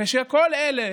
כאשר כל אלה